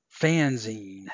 fanzine